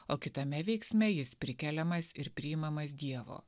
o kitame veiksme jis prikeliamas ir priimamas dievo